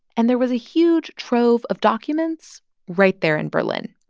and there was a huge trove of documents right there in berlin